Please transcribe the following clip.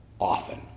often